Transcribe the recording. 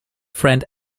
friend